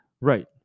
Right